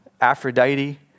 Aphrodite